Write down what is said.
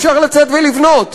אפשר לצאת ולבנות,